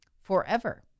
forever